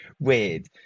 weird